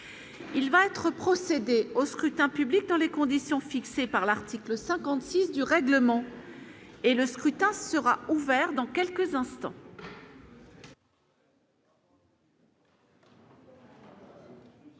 il va être procédé au scrutin public, tant les conditions fixées par l'article 56 du règlement et le scrutin sera ouvert dans quelques instants.